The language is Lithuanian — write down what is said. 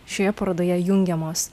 šioje parodoje jungiamos